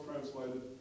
translated